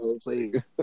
please